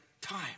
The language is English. time